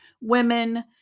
women